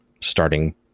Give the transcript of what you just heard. starting